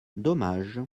dommage